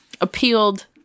appealed